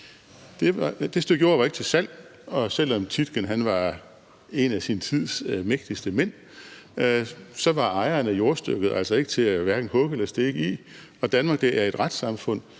Det stykke jord var ikke til salg, og selv om Tietgen var en af sin tids mægtigeste mænd, var ejeren af jordstykket altså hverken til at hugge eller stikke i. Danmark er et retssamfund,